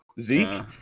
Zeke